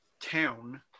town